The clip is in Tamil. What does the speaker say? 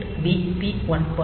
set b p1